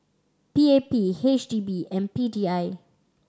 P A P H D B and P D I